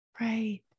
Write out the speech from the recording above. Right